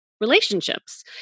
relationships